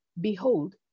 Behold